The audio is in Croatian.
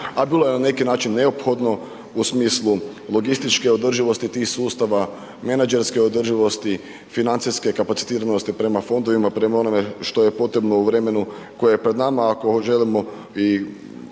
a bilo je na neki način neophodno u smislu logističke održivosti tih sustava, menadžerske održivosti, financijske kapacitiranosti prema fondovima, prema onome što je potrebno u vremenu koje je pred nama ako želimo i